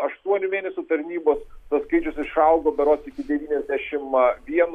aštuonių mėnesių tarnybos tas skaičius išaugo berods iki devyniasdešim vieno